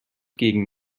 gegen